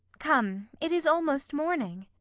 come, it is almost morning.